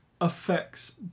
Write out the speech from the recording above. affects